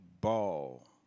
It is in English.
ball